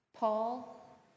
Paul